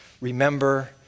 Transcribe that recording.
remember